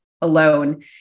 alone